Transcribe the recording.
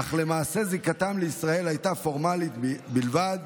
אך למעשה זיקתם לישראל הייתה פורמלית בלבד,